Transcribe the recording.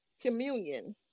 communion